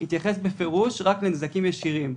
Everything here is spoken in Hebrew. התייחס בפירוש רק לנזקים ישירים.